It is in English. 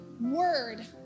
word